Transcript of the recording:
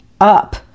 up